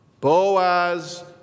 Boaz